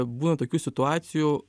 būna tokių situacijų